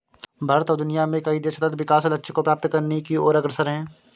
भारत और दुनिया में कई देश सतत् विकास लक्ष्य को प्राप्त करने की ओर अग्रसर है